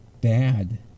bad